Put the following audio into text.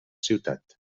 ciutat